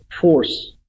force